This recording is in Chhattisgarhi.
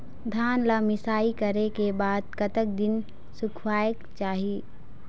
धान ला मिसाई करे के बाद कतक दिन सुखायेक चाही?